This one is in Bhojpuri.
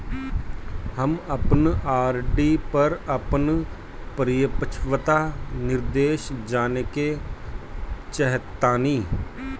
हम अपन आर.डी पर अपन परिपक्वता निर्देश जानेके चाहतानी